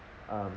um